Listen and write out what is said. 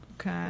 okay